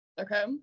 Okay